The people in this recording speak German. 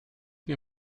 mir